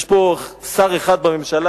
יש פה שר אחד בממשלה